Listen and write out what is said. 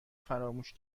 فراموش